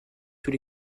tous